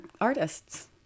artists